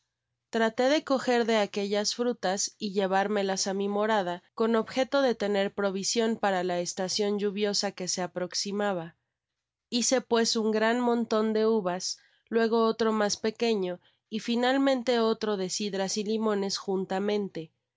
traté de eoger de aquellas frutas y llevármelas á mi morada con objeto de tener provision para la estacion lluviosa que se apro ximaba dice pues un gran monton de uvas luego otro mas pequeño y finalmente otro de cidras y limones juntamente